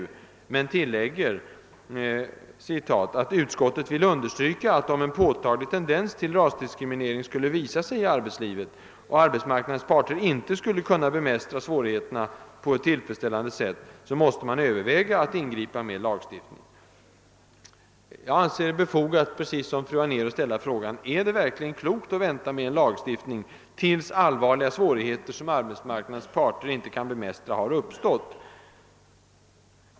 Utskottet tillägger: »Utskottet vill emellertid understryka att, om en påtaglig tendens till rasdiskriminering skulle visa sig i arbetslivet och arbetsmarknadens parter inte skulle kunna bemästra svårigheterna på ett tillfredsställande sätt, man måste överväga att ingripa med lagstiftningsåtgärder.» Det är befogat att som fru Anér ställa frågan: Är det klokt att vänta med en lagstiftning tills allvarliga svårigheter, som arbetsmarknadens parter inte kan bemästra, har uppstått?